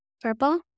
Purple